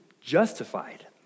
justified